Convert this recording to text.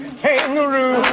kangaroo